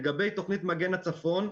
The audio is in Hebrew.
לגבי תוכנית מגן הצפון,